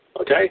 okay